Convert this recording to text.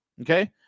okay